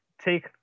take